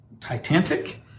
Titanic